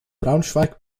braunschweig